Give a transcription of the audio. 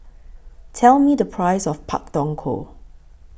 Tell Me The Price of Pak Thong Ko